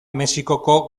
mexikoko